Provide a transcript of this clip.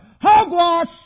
Hogwash